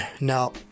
Now